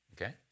Okay